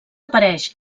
apareix